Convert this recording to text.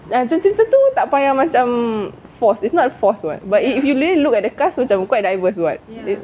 cerita tu tak payah macam force it's not force [what] but if if you really look at the cast macam quite diverse [what]